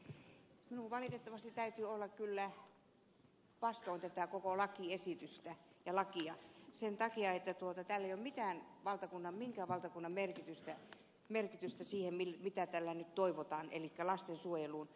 minun valitettavasti täytyy olla kyllä vastaan koko tätä lakiesitystä ja lakia sen takia että tällä ei ole minkään valtakunnan merkitystä sille mitä tällä nyt toivotaan eli lastensuojelulle